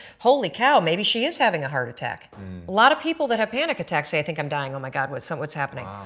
holy cow maybe she is having a heart attack. a lot of people that have panic attacks say, i think i'm dying oh my god what's so what's happening,